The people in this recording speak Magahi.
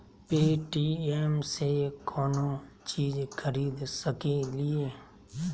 पे.टी.एम से कौनो चीज खरीद सकी लिय?